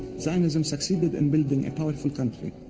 zionism succeeded in building a powerful country.